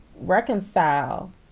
reconcile